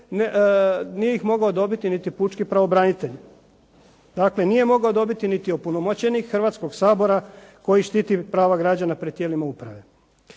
nije mogao dobiti niti pučki pravobranitelj. Dakle, nije mogao dobiti niti opunomoćenik Hrvatskog sabora koji štiti prava građana pred tijelima uprave.